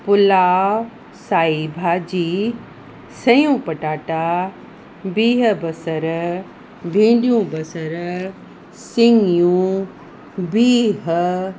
पुलाव साई भाॼी सयूं पटाटा बिह बसर भींडियूं बसर सिङियूं बिह